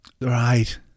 right